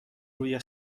روی